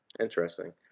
interesting